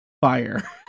Fire